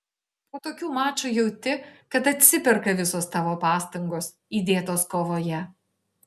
po tokių mačų jauti kad atsiperka visos tavo pastangos įdėtos kovoje